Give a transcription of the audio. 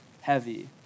heavy